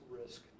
risk